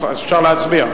אז אפשר להצביע.